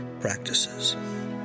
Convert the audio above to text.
practices